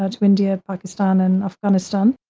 ah to india, pakistan and afghanistan.